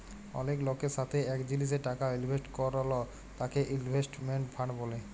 অলেক লকের সাথে এক জিলিসে টাকা ইলভেস্ট করল তাকে ইনভেস্টমেন্ট ফান্ড ব্যলে